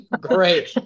Great